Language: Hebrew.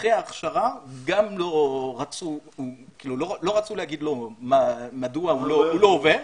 אחרי הכשרה, גם לא רצו לומר לו מדוע הוא לא עובר.